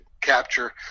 capture